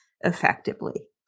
effectively